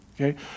okay